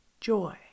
joy